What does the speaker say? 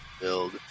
build